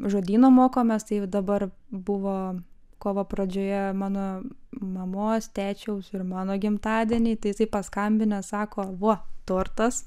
žodyno mokomės tai dabar buvo kovo pradžioje mano mamos tečiaus ir mano gimtadieniai tai paskambina sako vo tortas